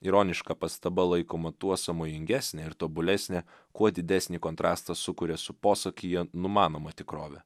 ironiška pastaba laikoma tuo sąmojingesnė ir tobulesnė kuo didesnį kontrastą sukuria su posakyje numanoma tikrove